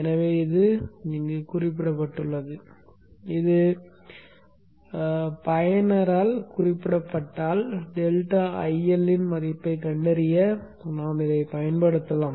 எனவே இது குறிப்பிடப்பட்டுள்ளது இது பயனரால் குறிப்பிடப்பட்டால் டெல்டா IL இன் மதிப்பைக் கண்டறிய இதைப் பயன்படுத்தலாம்